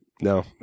No